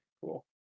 cool